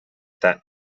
that